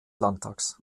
landtages